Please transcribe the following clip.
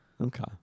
Okay